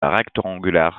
rectangulaire